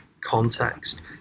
context